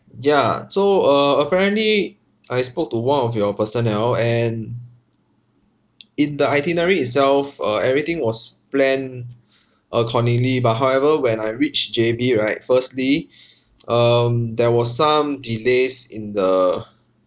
ya so uh apparently I spoke to one of your personnel and in the itinerary itself uh everything was planned accordingly but however when I reached J_B right firstly um there was some delays in the